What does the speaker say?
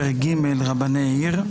פרק ג': רבני עיר.